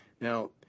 Now